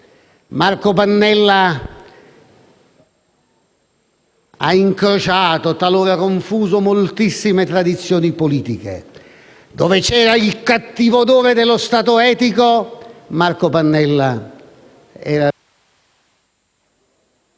Marco Pannella ha incrociato, talora confuso moltissime tradizioni politiche, ma dove c'era il cattivo odore dello Stato etico, Marco Pannella era